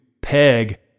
peg